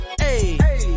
hey